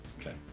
okay